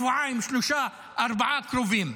שבועיים, שלושה, ארבעה הקרובים,